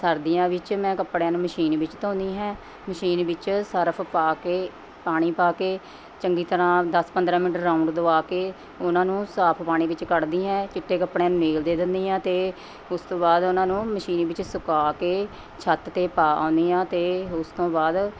ਸਰਦੀਆਂ ਵਿੱਚ ਮੈਂ ਕੱਪੜਿਆਂ ਨੂੰ ਮਸ਼ੀਨ ਵਿੱਚ ਧੋਨੀ ਹੈ ਮਸ਼ੀਨ ਵਿੱਚ ਸਰਫ ਪਾ ਕੇ ਪਾਣੀ ਪਾ ਕੇ ਚੰਗੀ ਤਰ੍ਹਾਂ ਦਸ ਪੰਦਰ੍ਹਾਂ ਮਿੰਟ ਰਾਊਂਡ ਦੁਆ ਕੇ ਉਨ੍ਹਾਂ ਨੂੰ ਸਾਫ ਪਾਣੀ ਵਿੱਚ ਕੱਢਦੀ ਐਂ ਚਿੱਟੇ ਕੱਪੜਿਆਂ ਨੂੰ ਨੀਲ ਦੇ ਦਿੰਨੀ ਹਾਂ ਅਤੇ ਉਸ ਤੋਂ ਬਾਅਦ ਉਨ੍ਹਾਂ ਨੂੰ ਮਸ਼ੀਨ ਵਿੱਚ ਸੁੱਕਾ ਕੇ ਛੱਤ 'ਤੇ ਪਾ ਆਉਂਨੀ ਹਾਂ ਅਤੇ ਉਸ ਤੋਂ ਬਾਆਦ